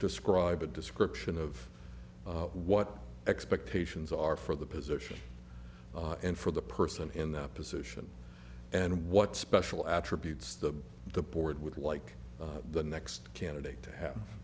describe a description of what expectations are for the position and for the person in that position and what special attributes the the board would like the next candidate to have